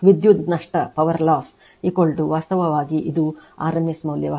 ಆದ್ದರಿಂದ ಅಂದರೆ ವಿದ್ಯುತ್ ನಷ್ಟ ವಾಸ್ತವವಾಗಿ ಇದು rms ಮೌಲ್ಯವಾಗಿದೆ